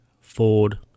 Ford